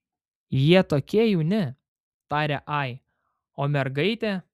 jie tokie jauni tarė ai o mergaitė